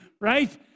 Right